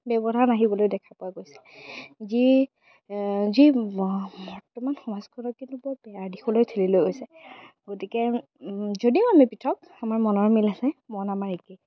ব্যৱধান আহিবলৈ দেখা পোৱা গৈছে যি যি বৰ্তমান সমাজখনত কিন্তু বৰ বেয়া দিশলৈ ঠেলি লৈ গৈছে গতিকে যদিও আমি পৃথক আমাৰ মনৰ মিল আছে মন আমাৰ একেই